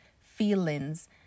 feelings